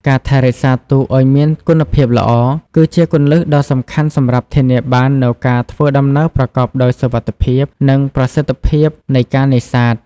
ការថែរក្សាទូកឲ្យមានគុណភាពល្អ គឺជាគន្លឹះដ៏សំខាន់សម្រាប់ធានាបាននូវការធ្វើដំណើរប្រកបដោយសុវត្ថិភាព និងប្រសិទ្ធភាពនៃការនេសាទ។